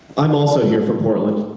i'm also here from portland,